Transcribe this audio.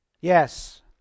Yes